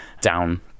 down